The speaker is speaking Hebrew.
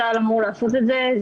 צה"ל אמור לעשות את זה.